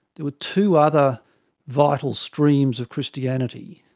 there were two other vital streams of christianity,